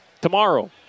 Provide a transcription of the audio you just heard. Tomorrow